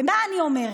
ומה אני אומרת?